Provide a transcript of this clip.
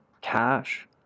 cash